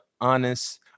honest